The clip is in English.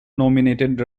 nominated